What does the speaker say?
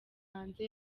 hanze